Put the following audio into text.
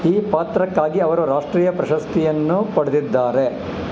ಈ ಪಾತ್ರಕ್ಕಾಗಿ ಅವರು ರಾಷ್ಟ್ರೀಯ ಪ್ರಶಸ್ತಿಯನ್ನೂ ಪಡೆದಿದ್ದಾರೆ